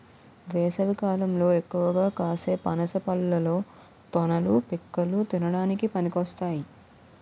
వేసవికాలంలో ఎక్కువగా కాసే పనస పళ్ళలో తొనలు, పిక్కలు తినడానికి పనికొస్తాయి